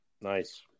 nice